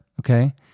Okay